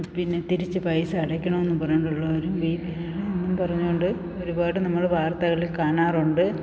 പിന്നെ തിരിച്ച് പൈസ അടയ്ക്കണമെന്നും പറഞ്ഞുകൊണ്ടുള്ളവരും വീട് ഇല്ലെന്നും പറഞ്ഞുകൊണ്ട് ഒരുപാട് നമ്മൾ വാർത്തകളിൽ കാണാറുണ്ട്